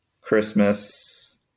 Christmas